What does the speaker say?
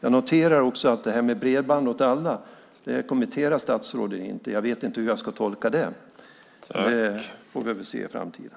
Jag noterar också att statsrådet inte kommenterar detta med bredband åt alla. Jag vet inte hur jag ska tolka det. Det får vi väl se i framtiden.